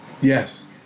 Yes